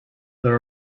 there